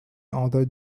author